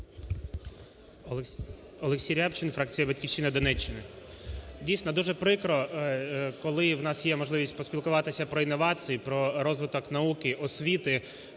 Олексій Рябчин, фракція "Батьківщина", Донеччина. Дійсно, дуже прикро, коли у нас є можливість поспілкуватися про інновації, про розвиток науки, освіти,